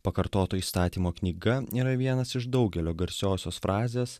pakartoto įstatymo knyga yra vienas iš daugelio garsiosios frazės